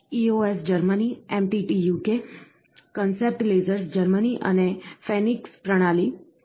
EOS Germany MTT concept laser Germany અને Phoenix પ્રણાલી France